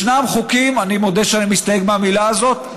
ישנם חוקים" אני מודה שאני מסתייג מהמילה הזאת,